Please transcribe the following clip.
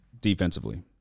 defensively